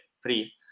free